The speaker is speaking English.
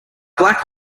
black